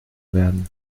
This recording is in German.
werden